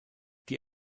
die